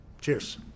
Cheers